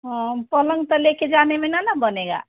पलंग तो लेकर जाने में न न बनेगा